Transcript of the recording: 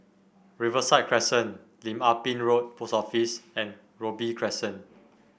Riverside Crescent Lim Ah Pin Road Post Office and Robey Crescent